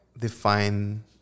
define